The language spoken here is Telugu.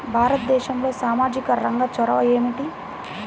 భారతదేశంలో సామాజిక రంగ చొరవ ఏమిటి?